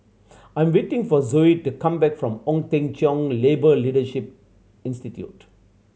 I'm waiting for Zoie to come back from Ong Teng Cheong Labour Leadership Institute